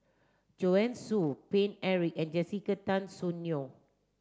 Joanne Soo Paine Eric and Jessica Tan Soon Neo